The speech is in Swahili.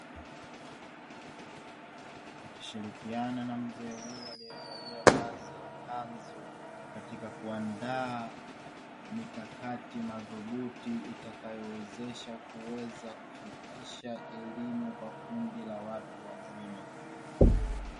Wakishirikiana na mzee huyu aliyevalia vazi la kanzu, katika kuandaa mikakati madhubuti itakayowezesha kuweza kufikisha elimu kwa kundi la watu wazima.